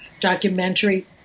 documentary